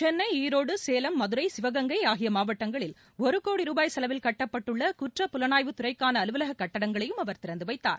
சென்னை ஈரோடு சேலம் மதுரை சிவகங்கை ஆகிய இடங்களில் ஒரு கோடி ரூபாய் செலவில் கட்டப்பட்டுள்ள குற்ற புலனாய்வு துறைக்கான அலுவலக கட்டிடங்களையும் அவர் திறந்துவைத்தார்